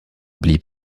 blieb